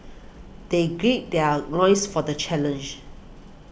they gird their loins for the challenge